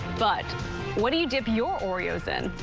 but what do you dip your oreos in?